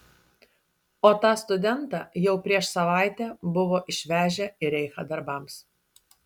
o tą studentą jau prieš savaitę buvo išvežę į reichą darbams